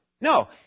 No